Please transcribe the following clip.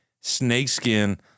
snakeskin